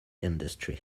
industry